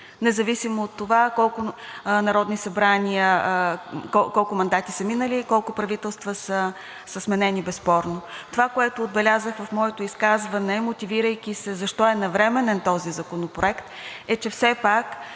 независимо от това колко народни събрания, колко мандати са минали, колко правителства са сменени, безспорно. Това, което отбелязах в моето изказване, мотивирайки се защо е навременен този законопроект, е, че все пак